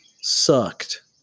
sucked